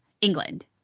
england